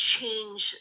change